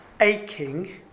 aching